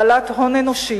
בעלת הון אנושי,